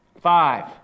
Five